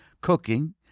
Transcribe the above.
cooking